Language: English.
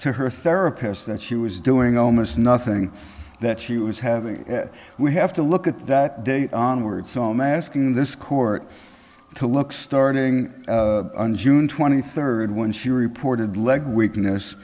to her therapist that she was doing almost nothing that she was having we have to look at that date onwards soame asking this court to look starting june twenty third when she reported leg weakness